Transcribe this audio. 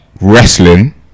Wrestling